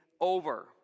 over